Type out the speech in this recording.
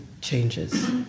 changes